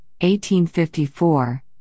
1854